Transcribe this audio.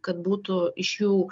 kad būtų iš jų